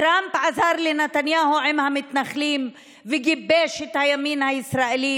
טראמפ עזר לנתניהו עם המתנחלים וגיבש את הימין הישראלי,